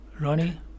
Ronnie